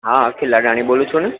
હા અખિલ અદાણી બોલું છું ને